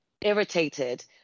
irritated